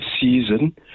season